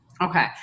Okay